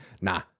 nah